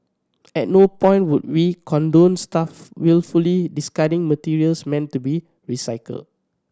at no point would we condone staff wilfully discarding materials meant to be recycle